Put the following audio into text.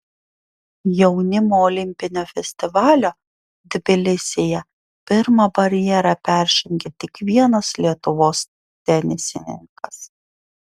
jaunimo olimpinio festivalio tbilisyje pirmą barjerą peržengė tik vienas lietuvos tenisininkas